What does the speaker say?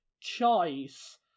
choice